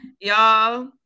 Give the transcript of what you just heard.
y'all